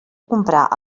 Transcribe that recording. comprar